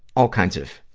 all kinds of,